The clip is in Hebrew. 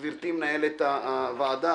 גברתי מנהלת הוועדה,